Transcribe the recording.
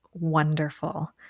wonderful